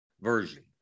version